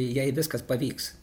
jei viskas pavyks